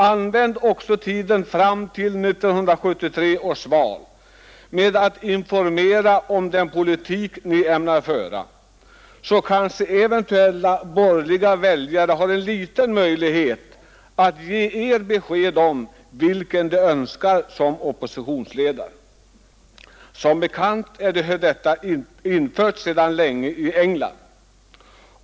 Använd också tiden fram till 1973 års val till att informera om den politik ni ämnar föra, så kanske eventuella borgerliga väljare har en liten möjlighet att ge er besked om vem de önskar som oppositionsledare! Som bekant är detta system infört sedan länge i England.